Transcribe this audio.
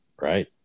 right